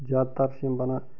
زیادٕ تَر چھِ یم بنان